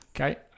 Okay